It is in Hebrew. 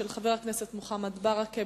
של חבר הכנסת מוחמד ברכה,